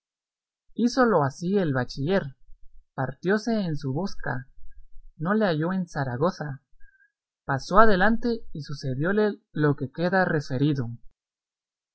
hízolo así el bachiller partióse en su busca no le halló en zaragoza pasó adelante y sucedióle lo que queda referido